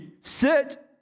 Sit